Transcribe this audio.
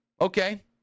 Okay